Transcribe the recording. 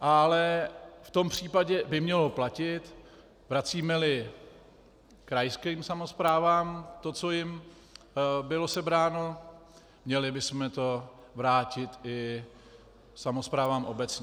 ale v tom případě by mělo platit: vracímeli krajským samosprávám to, co jim bylo sebráno, měli bychom to vrátit i samosprávám obecním.